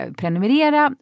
prenumerera